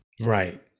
Right